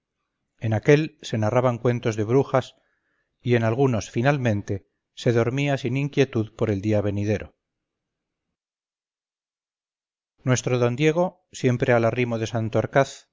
en aquel se narraban cuentos de brujas y en algunos finalmente se dormía sin inquietud por el día venidero nuestro d diego siempre al arrimo de